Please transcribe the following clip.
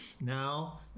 now